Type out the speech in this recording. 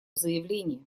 заявление